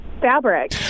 fabric